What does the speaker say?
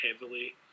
heavily